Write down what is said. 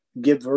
give